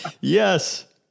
Yes